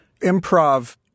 Improv